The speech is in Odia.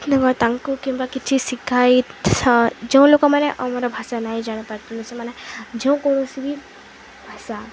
ତାଙ୍କୁ କିମ୍ବା କିଛି ଶିଖାଇ ଯେଉଁ ଲୋକମାନେ ଆମର ଭାଷା ନାଇଁ ଜାଣିପାରିଥିଲେ ସେମାନେ ଯେଉଁ କୌଣସି ବି ଭାଷା